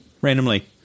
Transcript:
randomly